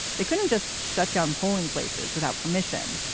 they couldn't just shut down polling places without permission.